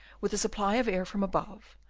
with a supply of air from above,